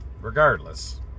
regardless